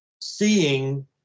seeing